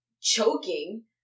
choking